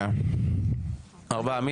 ארבעה.